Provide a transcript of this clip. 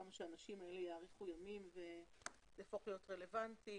כמה שאנשים האלה יאריכו ימים וזה יהפוך להיות רלוונטי,